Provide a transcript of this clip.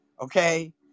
okay